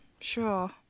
Sure